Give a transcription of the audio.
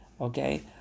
okay